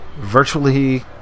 virtually